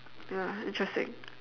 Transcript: ya interesting